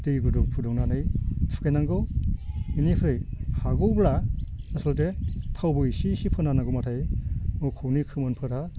दै गुदुं फुदुंनानै थुखैनांगौ बेनिफ्राय हागौब्ला आसलथे थावबो एसे एसे फुन्नागौ नामाथाय मोसौनि खोमोनफ्रा